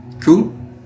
Cool